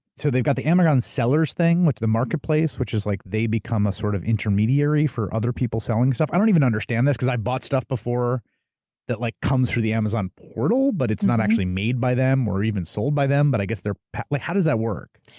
so they've got the amazon sellers thing, which. the marketplace, which is like they become a sort of intermediary for other people selling stuff. i don't even understand this because i bought stuff before that like comes through the amazon portal, but it's not actually made by them, or even sold by them. but i guess their. how does that work?